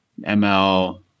ML